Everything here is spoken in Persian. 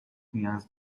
نیاز